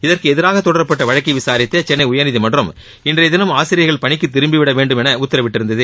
இதற்கு எதிராக தொடரப்பட்ட வழக்கை விசாரித்த சென்னை உயர்நீதிமன்றம் இன்றைய தினம் ஆசிரியர்கள் பணிக்கு திரும்பிவிட வேண்டும் என்று உத்தரவிட்டிருந்தது